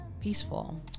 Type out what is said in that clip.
peaceful